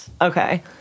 Okay